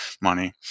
money